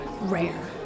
Rare